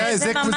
זה ממש לא.